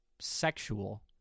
Sexual